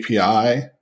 API